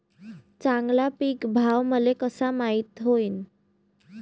चांगला पीक भाव मले कसा माइत होईन?